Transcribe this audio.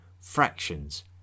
fractions